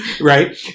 right